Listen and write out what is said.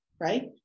Right